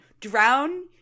Drown